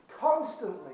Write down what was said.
constantly